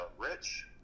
rich